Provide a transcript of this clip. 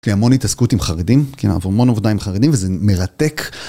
כי המון התעסקות עם חרדים, כן, המון עבודה עם חרדים, וזה מרתק.